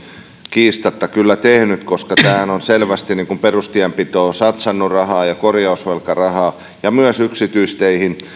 kiistatta kyllä tehnyt koska tämähän on selvästi perustienpitoon satsannut rahaa ja korjausvelkarahaa ja myös yksityisteihin on